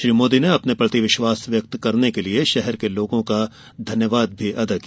श्री मोदी ने कहा कि अपने प्रति विश्वास व्यक्त करने के लिए शहर के लोगों का धन्यवाद किया